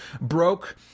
Broke